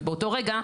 ובאותו רגע,